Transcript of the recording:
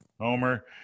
Homer